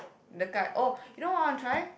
the card oh you know what I want to try